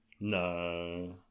No